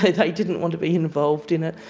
they didn't want to be involved in it.